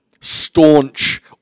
staunch